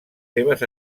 seves